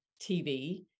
TV